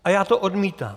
A já to odmítám.